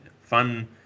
Fun